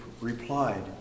replied